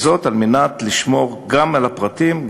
זאת על מנת לשמור על הפרטים,